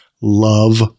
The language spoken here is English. love